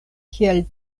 kiel